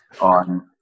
on